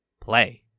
play